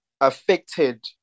affected